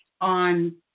on